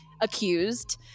accused